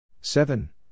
Seven